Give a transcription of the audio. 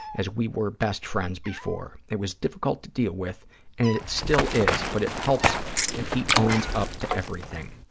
as we were best friends before. it was difficult to deal with and it it still is, but it helps that he owns up to everything.